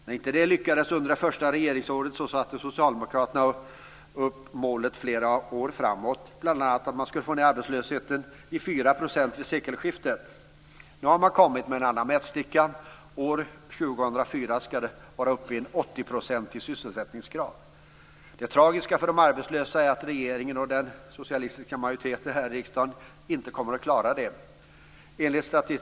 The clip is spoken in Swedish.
När inte det lyckades under det första regeringsåret satte socialdemokraterna upp målet flera år framåt. Man sade bl.a. att man skulle få ned arbetslösheten i 4 % vid sekelskiftet. Nu har man kommit med en annan mätsticka. År 2004 ska man vara uppe i en 80-procentig sysselsättningsgrad. Det tragiska för de arbetslösa är att regeringen och den socialistiska majoriteten här i riksdagen inte kommer att klara det.